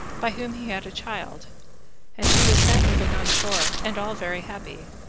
by whom he had a child and she was then living on shore, and all very happy.